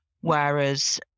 whereas